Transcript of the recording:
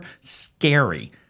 Scary